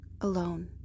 alone